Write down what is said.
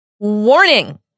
Warning